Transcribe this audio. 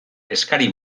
eskari